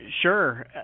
Sure